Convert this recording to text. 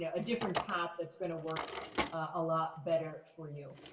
yeah a different path that's gonna work a lot better for you.